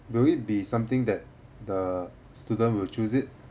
will it be something that the student will choose it